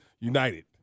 United